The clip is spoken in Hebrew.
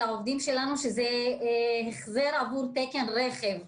העובדים שלנו שזה החזר עבור תקן רכב.